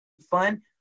fun